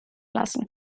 lassen